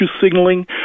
signaling